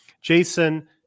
Jason